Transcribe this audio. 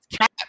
cat